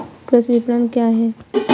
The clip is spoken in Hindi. कृषि विपणन क्या है?